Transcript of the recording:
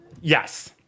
Yes